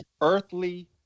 earthly